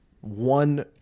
one